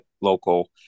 local